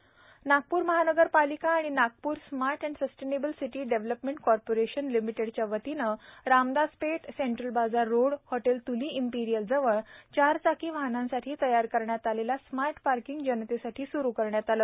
smart parking मनपा नागप्र महानगरपालिका व Nagpur smart and sustainable city development corporation लिमिटेडच्या वतीने Ramdaspeth central Bazaar road hotel Tuli imperial जवळ चार चाकी वाहनांसाठी तयार करण्यात आलेल्या स्मार्ट पार्किंग जनतेसाठी स्रु करण्यात आले